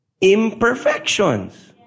imperfections